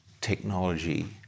technology